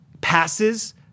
passes